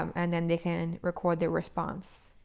um and then they can record their response.